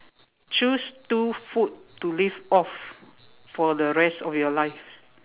choose two food to live off for the rest of your life